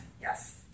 Yes